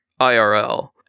IRL